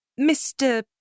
mr